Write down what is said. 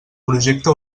projecte